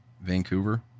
vancouver